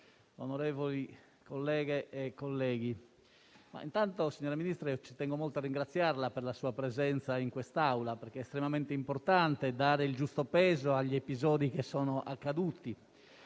onorevoli colleghe e colleghi, desidero ringraziare anzitutto la Ministra per la sua presenza in quest'Aula perché è estremamente importante dare il giusto peso agli episodi che sono accaduti.